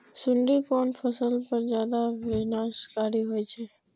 सुंडी कोन फसल पर ज्यादा विनाशकारी होई छै?